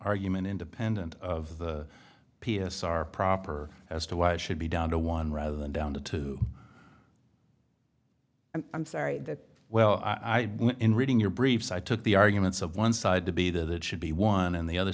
argument independent of the p s r proper as to why it should be done to one rather than down to two i'm sorry well i in reading your briefs i took the arguments of one side to be that it should be one and the other